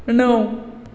णव